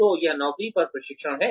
तो यह नौकरी पर प्रशिक्षण है